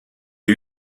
des